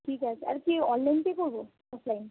ঠিক আছে আর কি অনলাইন পে করবো না ক্যাশ